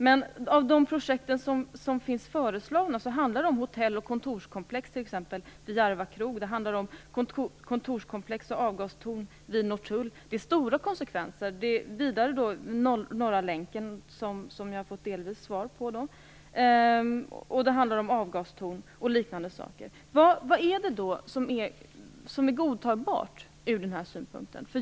Men de projekt som är föreslagna handlar t.ex. om hotell och kontorsprojekt vid Järva krog och om kontorskomplex och avgastorn vid Norrtull. Det får stora konsekvenser. Vidare gäller det Norra länken, där jag delvis har fått svar. Vad är det då som är godtagbart ur den här synpunkten?